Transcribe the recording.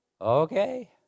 Okay